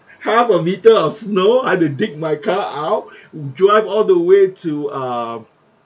half a metre of snow I'd to dig my car out drive all the way to um